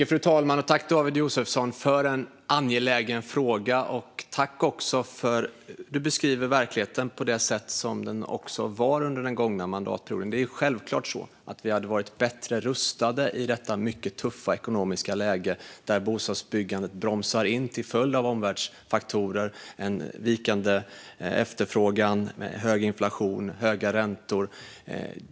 Fru talman! Tack, David Josefsson, för en angelägen fråga! Tack också för beskrivningen av verkligheten så som den var under den gångna mandatperioden! Det är självklart att vi hade kunnat vara bättre rustade i detta mycket tuffa ekonomiska läge där bostadsbyggandet bromsar in till följd av omvärldsfaktorer, vikande efterfrågan, hög inflation och höga räntor.